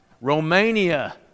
Romania